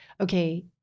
okay